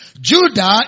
Judah